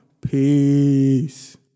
Peace